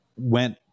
went